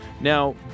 Now